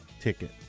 ticket